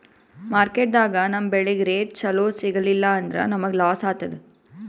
ಮಾರ್ಕೆಟ್ದಾಗ್ ನಮ್ ಬೆಳಿಗ್ ರೇಟ್ ಚೊಲೋ ಸಿಗಲಿಲ್ಲ ಅಂದ್ರ ನಮಗ ಲಾಸ್ ಆತದ್